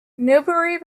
newbury